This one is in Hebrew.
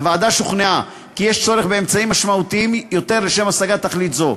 הוועדה שוכנעה כי יש צורך באמצעים משמעותיים יותר לשם השגת תכלית זו.